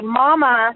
mama